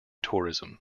tourism